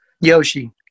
yoshi